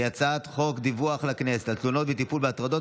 הצעת חוק דיווח לכנסת על תלונות וטיפול בהטרדות